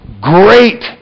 great